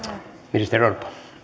arvoisa